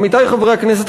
עמיתי חברי הכנסת,